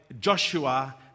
Joshua